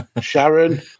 Sharon